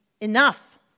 enough